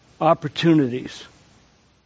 opportunities